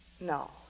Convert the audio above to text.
No